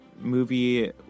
movie